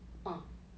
um